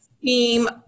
team